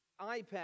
iPad